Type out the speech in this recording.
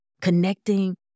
connecting